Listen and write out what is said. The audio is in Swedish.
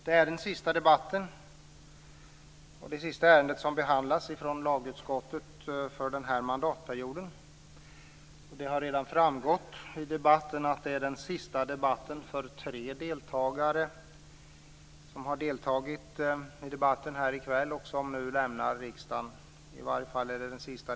Detta är den sista debatten och det sista ärende som behandlats av lagutskottet för den här mandatperioden. Det har redan framgått att detta är den sista debatten inom lagutskottets arbetsområde för tre av deltagarna här i kväll. De lämnar nu riksdagen.